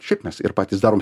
šiaip mes ir patys darom